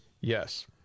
Yes